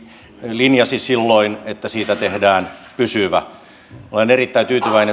linjasi silloin että siitä tehdään pysyvä olen erittäin tyytyväinen